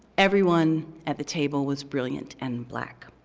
everyone at the table was brilliant and black.